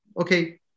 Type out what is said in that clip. Okay